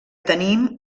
tenim